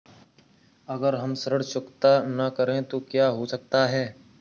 अगर हम ऋण चुकता न करें तो क्या हो सकता है?